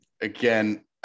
again